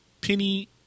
Penny